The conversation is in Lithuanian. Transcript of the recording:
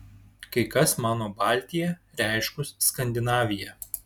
kai kas mano baltia reiškus skandinaviją